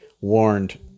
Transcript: warned